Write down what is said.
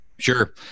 Sure